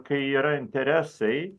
kai yra interesai